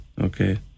okay